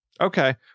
Okay